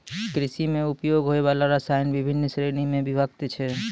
कृषि म उपयोग होय वाला रसायन बिभिन्न श्रेणी म विभक्त छै